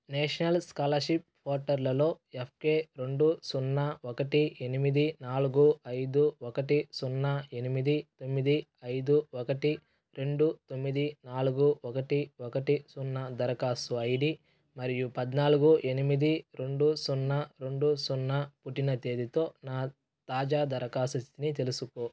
national scholarship పోర్టర్లలో ఎఫ్కె రెండు సున్నా ఒకటి ఎనిమిది నాలుగు ఐదు ఒకటి సున్నా ఎనిమిది తొమ్మిది ఐదు ఒకటి రెండు తొమ్మిది నాలుగు ఒకటి ఒకటి సున్నా దరఖాస్తు ఐడి మరియు పద్నాలుగు ఎనిమిది రెండు సున్నా రెండు సున్నా పుట్టిన తేదీతో నా తాజా దరఖాస్తు స్థితిని తెలుసుకో